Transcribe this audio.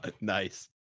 nice